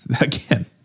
again